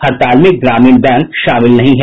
हड़ताल में ग्रामीण बैंक शामिल नहीं है